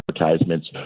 advertisements